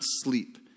sleep